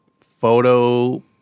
photo